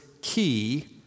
key